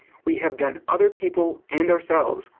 we have done other people, and ourselves,